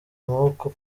amaboko